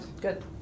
good